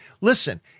Listen